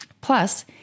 Plus